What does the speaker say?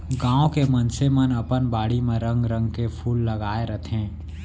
गॉंव के मनसे मन अपन बाड़ी म रंग रंग के फूल लगाय रथें